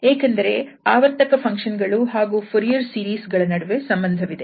ಏಕೆಂದರೆ ಆವರ್ತಕ ಫಂಕ್ಷನ್ ಗಳು ಹಾಗೂ ಫೊರಿಯರ್ ಸೀರೀಸ್ ಗಳ ನಡುವೆ ಸಂಬಂಧವಿದೆ